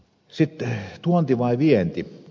sitten tuonti vai vienti